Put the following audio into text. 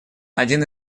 один